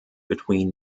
between